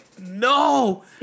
no